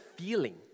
feeling